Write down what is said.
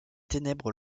ténèbres